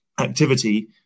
activity